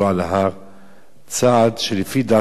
צעד שלפי דעתם של אותם מאמינים